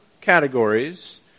categories